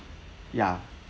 ya